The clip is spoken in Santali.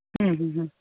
ᱦᱮᱸ ᱦᱮᱸ ᱦᱮᱸᱻ